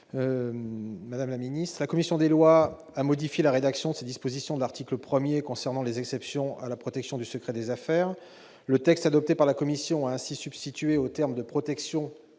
M. Éric Gold. La commission des lois a modifié la rédaction des dispositions de l'article 1 concernant les exceptions à la protection du secret des affaires. Le texte adopté par la commission a ainsi substitué aux termes de « protection